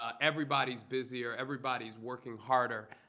ah everybody's busier. everybody's working harder.